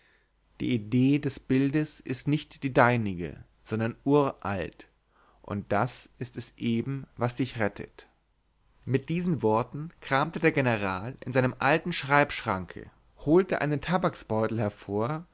die idee des bildes ist nicht die deinige sondern uralt doch das ist es eben was dich rettet mit diesen worten kramte der general in seinem alten schreibschranke holte einen tabaksbeutel hervor